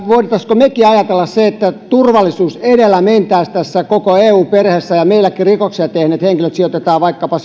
voisimmeko mekin ajatella siinä mielessä että tässä mentäisiin turvallisuus edellä koko eu perheessä ja meilläkin rikoksia tehneet henkilöt sijoitettaisiin vaikkapa